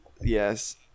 Yes